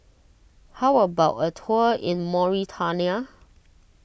how about a tour in Mauritania